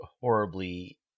horribly